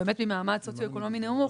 ממעמד סוציו-אקונומי נמוך,